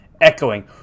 echoing